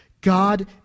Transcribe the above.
God